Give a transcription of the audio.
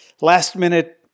last-minute